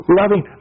loving